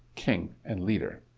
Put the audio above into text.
king, and leader.